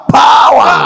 power